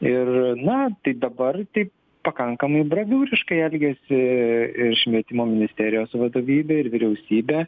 ir na tai dabar tai pakankamai braviūriškai elgiasi ir švietimo ministerijos vadovybė ir vyriausybė